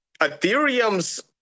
Ethereum's